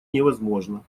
невозможно